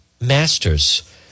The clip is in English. Masters